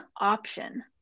option